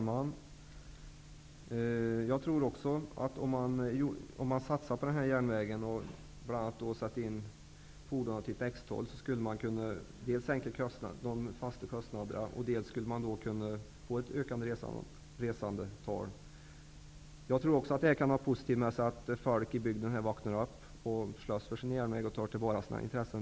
Herr talman! Om man satsar på denna järnväg tror jag att man dels skulle kunna sänka de fasta kostnaderna, dels kunna få ett ökat resandetal. Jag tror också att detta kan få det positiva med sig att folk i bygden vaknar upp, kämpar för sin järnväg och tar tillvara sina intressen.